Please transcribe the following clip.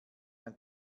ein